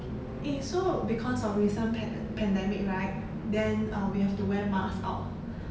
eh so because of recent pande~ pandemic right then uh we have to wear mask out